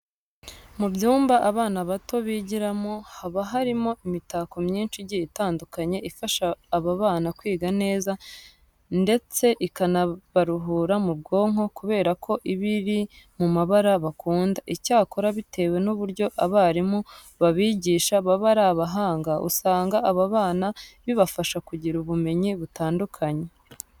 Mu byumba abana bato bigiramo haba harimo imitako myinshi igiye itandukanye ifasha aba bana kwiga neza ndetse ikanabaruhura mu bwonko kubera ko iba iri mu mabara bakunda. Icyakora bitewe n'uburyo abarimu babigisha baba ari abahanga, usanga aba bana bibafasha kugira ubumenyi butandukanye.